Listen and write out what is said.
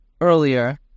earlier